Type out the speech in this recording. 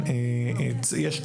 היישוב מחויב לתת